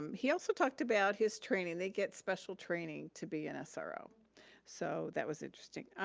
um he also talked about his training. they get special training to be an so sro. so, that was interesting. i